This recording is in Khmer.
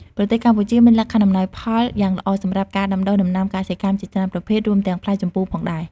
ប្រទេសកម្ពុជាមានលក្ខខណ្ឌអំណោយផលយ៉ាងល្អសម្រាប់ការដាំដុះដំណាំកសិកម្មជាច្រើនប្រភេទ រួមទាំងផ្លែជម្ពូផងដែរ។